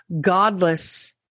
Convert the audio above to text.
godless